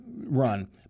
run